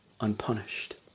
unpunished